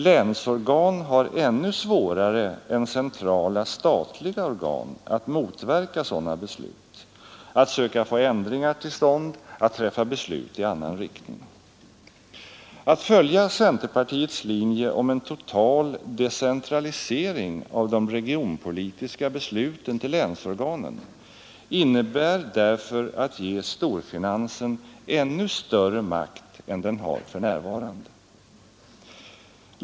Länsorgan har ännu svårare än centrala statliga organ att motverka sådana beslut, att söka få ändringar till stånd, att träffa beslut i annan riktning. Att följa centerpartiets linje om en total decentralisering av de regionpolitiska besluten till länsorganen innebär därför att ge storfinansen ännu större makt än den har för närvarande.